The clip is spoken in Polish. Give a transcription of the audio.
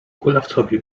kulawcowi